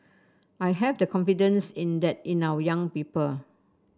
I have the confidence in that in our young people